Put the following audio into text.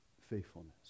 faithfulness